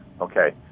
Okay